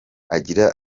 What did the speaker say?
agira